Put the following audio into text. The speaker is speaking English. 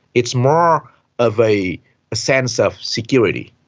it's more of a sense of security.